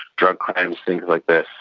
drug crimes, things like this,